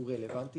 שהוא רלוונטי.